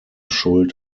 schuld